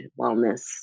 wellness